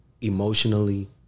emotionally